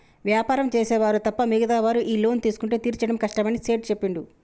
వ్యాపారం చేసే వారు తప్ప మిగతా వారు ఈ లోన్ తీసుకుంటే తీర్చడం కష్టమని సేట్ చెప్పిండు